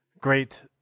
great